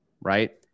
right